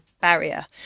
barrier